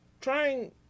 trying